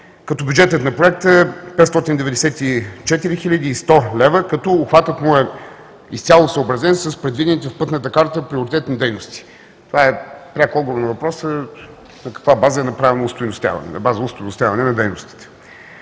Бюджетът на Проекта е 594 хил. 100 лв., като обхватът му е изцяло съобразен с предвидените в Пътната карта приоритетни дейности. Това е пряк отговор на въпроса на каква база е направено остойностяване – на